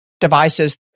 devices